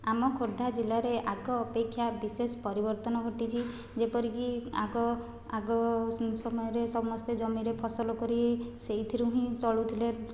ଆମ ଖୋର୍ଦ୍ଧା ଜିଲ୍ଲାରେ ଆଗ ଅପେକ୍ଷା ବିଶେଷ ପରିବର୍ତ୍ତନ ଘଟିଛି ଯେପରିକି ଆଗ ଆଗ ସମୟରେ ସମସ୍ତେ ଜମିରେ ଫସଲ କରି ସେହିଥିରୁ ହିଁ ଚଳୁଥିଲେ